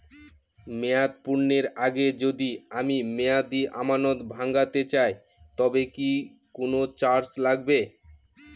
মেয়াদ পূর্ণের আগে যদি আমি মেয়াদি আমানত ভাঙাতে চাই তবে কি কোন চার্জ লাগবে?